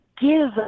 give